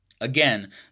again